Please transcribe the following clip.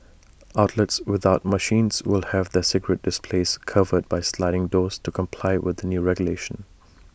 outlets without machines will have their cigarette displays covered by sliding doors to comply with the new regulations